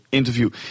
interview